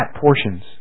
portions